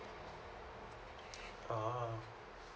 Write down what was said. a'ah